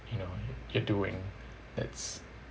you know you're doing it's